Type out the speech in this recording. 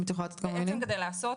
כדי לעשות